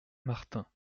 martin